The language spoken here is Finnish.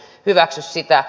en hyväksy sitä